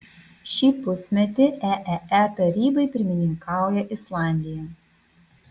šį pusmetį eee tarybai pirmininkauja islandija